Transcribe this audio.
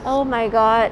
oh my god